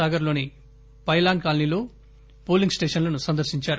సాగర్ లోని పైలాన్ కాలనీలో పోలింగ్ స్టేషన్లను సందర్శించారు